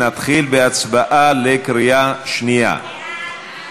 נתחיל בהצבעה בקריאה שנייה.